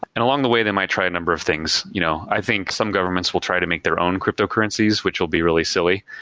and along the way they might try a number of things. you know i think some governments will try to make their own cryptocurrencies which will be really silly.